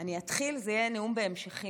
אני אתחיל וזה יהיה נאום בהמשכים,